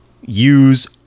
use